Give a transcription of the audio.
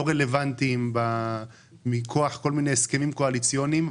רלוונטיים מכוח כל מיני הסכמים קואליציוניים.